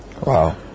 Wow